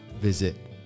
visit